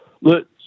look